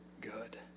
good